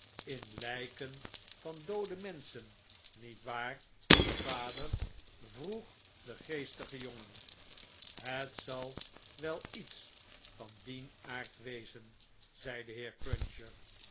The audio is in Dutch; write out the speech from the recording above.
in lijken van doode menschen niet waar vader vroeg de geestige jongen het zal wel iets van dien aard wezen zei de heer cruncher